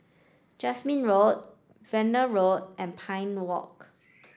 Jasmine Road Verdun Road and Pine Walk